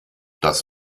das